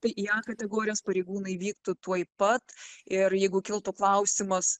tai į a kategorijas pareigūnai vyktų tuoj pat ir jeigu kiltų klausimas